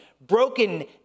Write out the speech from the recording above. broken